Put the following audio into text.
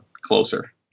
closer